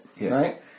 right